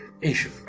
issue